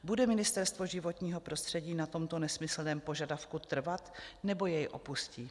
Bude Ministerstvo životního prostředí na tomto nesmyslném požadavku trvat, nebo jej opustí?